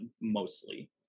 mostly